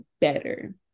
better